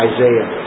Isaiah